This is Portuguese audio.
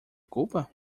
culpa